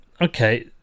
Okay